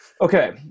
Okay